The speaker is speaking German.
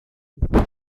dies